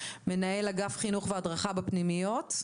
מנהל אגף חינוך והדרכה בפנימיות,